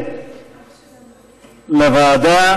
מי שבעד להעביר את הנושא לוועדה,